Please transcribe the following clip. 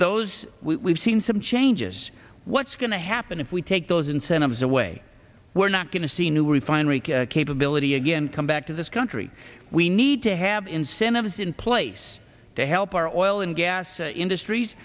those we've seen some changes what's going to happen if we take those incentives away we're not going to see new refinery capability again come back to this country we need to have incentives in place to help our oil and gas industries